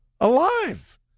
alive